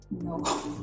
no